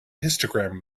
histogram